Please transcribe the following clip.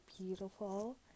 beautiful